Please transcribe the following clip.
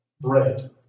bread